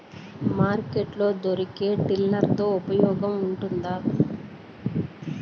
Market లో దొరికే tiller తో ఉపయోగం ఉంటుందా?